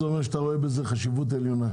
זה אומר שאתה רואה בזה חשיבות עליונה.